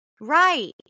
Right